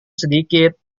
sedikit